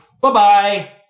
Bye-bye